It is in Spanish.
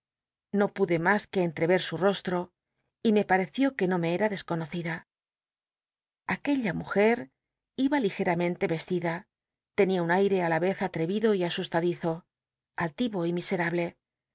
no pude mas que entre re su rostro y me p ll'cció que no me era desconocida aquella mujer iba ligeramente vestida ten ia un aire á la rez all'e ido y asustadizo altivo y miserable